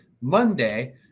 Monday